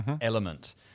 element